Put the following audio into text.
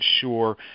sure